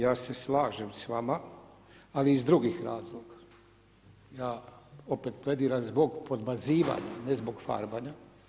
Ja se slažem s vama, ali iz drugih razloga, ja plediram opet zbog podmazivanja, ne zbog farbanja.